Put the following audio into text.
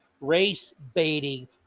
race-baiting